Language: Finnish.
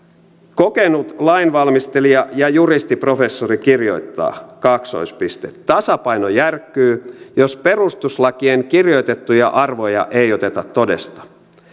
kokenut lainvalmistelija ja juristiprofessori kirjoittaa tasapaino järkkyy jos perustuslakiin kirjoitettuja arvoja ei oteta todesta